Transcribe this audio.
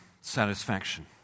satisfaction